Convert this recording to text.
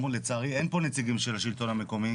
לצערי אין פה נציגים של השלטון המקומי,